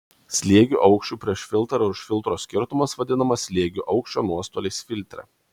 slėgio aukščių prieš filtrą ir už filtro skirtumas vadinamas slėgio aukščio nuostoliais filtre